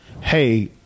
hey